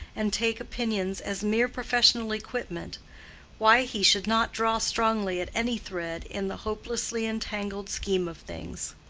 and take opinions as mere professional equipment why he should not draw strongly at any thread in the hopelessly-entangled scheme of things.